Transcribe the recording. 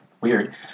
Weird